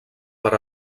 per